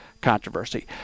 controversy